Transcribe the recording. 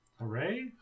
Hooray